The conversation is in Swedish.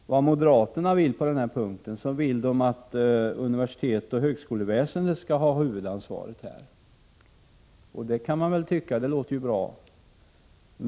Moderaterna vill att universitet och högskolor skall ha huvudansvaret. Det kan man tycka låter bra.